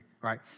right